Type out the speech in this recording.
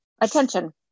attention